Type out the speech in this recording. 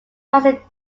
rising